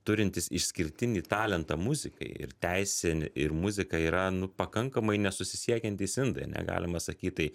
turintis išskirtinį talentą muzikai ir teisė ir muzika yra nu pakankamai nesusisiekiantys indai ane galima sakyt tai